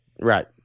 Right